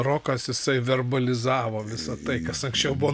rokas jisai verbalizavo visa tai kas anksčiau buvo